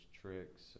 tricks